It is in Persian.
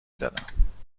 دادم